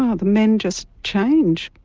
ah the men just change,